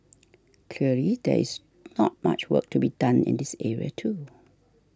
clearly there is not much work to be done in this area too